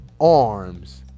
arms